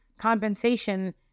Compensation